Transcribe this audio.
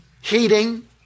heating